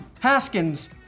Haskins